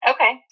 Okay